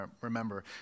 remember